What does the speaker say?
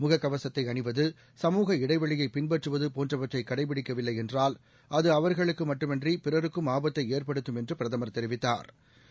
முக கவசத்தை அணிவது சமூக இடைவெளியை பின்பற்றுவது போன்றவற்றை பின்பற்றவில்லை என்றால் அது அவாகளுக்கு மட்டுமன்றி பிறருக்கும் ஆபத்தை ஏற்படுத்தும் என்று பிரதமா தெரிவித்தாா்